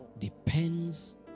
depends